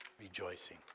rejoicing